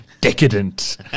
decadent